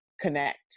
connect